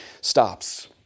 stops